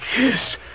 Yes